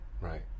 Right